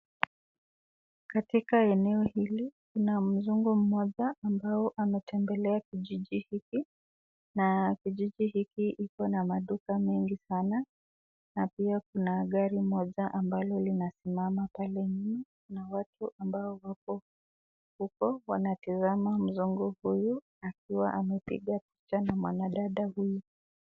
Katika eneo hili, kuna mzungu mmoja ambao anatembelea kijiji hiki, na kijiji hiki iko na maduka mengi sana, na pia kuna gari moja ambalo linasimama pale nyuma, na watu ambao wapo huko, wanatizama mzungu huyu, akiwa anapiga picha na mwanadada huyu.